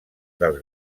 dels